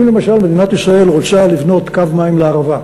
אם למשל מדינת ישראל רוצה לבנות קו מים לערבה,